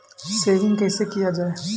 Saving कैसै किया जाय?